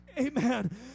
Amen